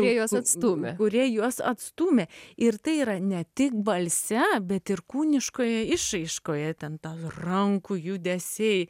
kurie juos atstūmė kurie juos atstūmė ir tai yra ne tik balse bet ir kūniškoje išraiškoje tie rankų judesiai